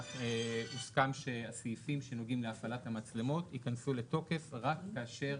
הוסכם שהסעיפים שנוגעים להפעלת המצלמות ייכנסו לתוקף רק כאשר